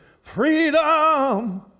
freedom